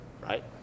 right